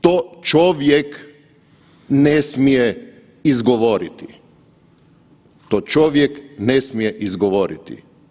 To čovjek ne smije izgovoriti, to čovjek ne smije izgovoriti.